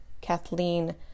Kathleen